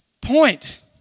Point